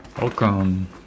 Welcome